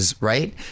Right